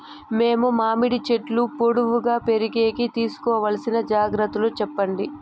మేము మామిడి చెట్లు పొడువుగా పెరిగేకి తీసుకోవాల్సిన జాగ్రత్త లు చెప్పండి?